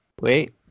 Wait